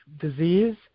disease